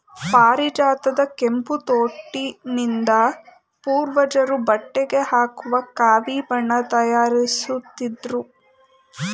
ಪಾರಿಜಾತದ ಕೆಂಪು ತೊಟ್ಟಿನಿಂದ ಪೂರ್ವಜರು ಬಟ್ಟೆಗೆ ಹಾಕುವ ಕಾವಿ ಬಣ್ಣ ತಯಾರಿಸುತ್ತಿದ್ರು